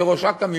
כראש אכ"א,